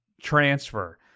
transfer